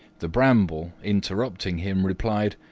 the bramble, interrupting him, replied,